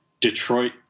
Detroit